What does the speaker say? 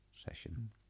session